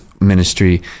ministry